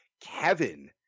Kevin